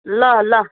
ल ल